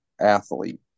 athlete